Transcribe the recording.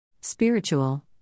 Spiritual